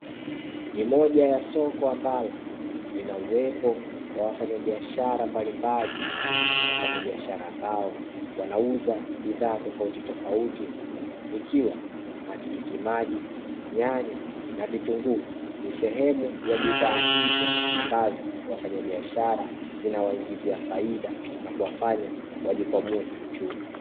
Ni moja ya soko ambalo linauwepo wa wafanyabiashara mbalimbali. wafanyabiashara ambao wanauza bidhaa tofauti tofauti ikiwa; matikiti maji, nyanya na vitunguu ni sehemu ya bidhaa hizo ambazo wafanyabiashara zinawaingizia faida na zinawafanya wajikwamue kiuchumi.